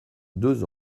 deux